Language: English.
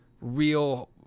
real